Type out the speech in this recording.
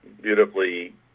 beautifully